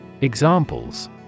Examples